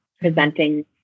presenting